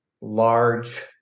large